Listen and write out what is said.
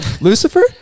Lucifer